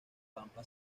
pampa